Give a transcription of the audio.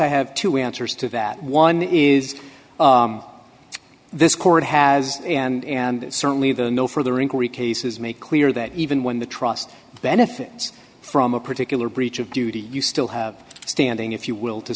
i have two answers to that one is this court has and certainly the no further inquiry cases make clear that even when the trust benefits from a particular breach of duty you still have standing if you will to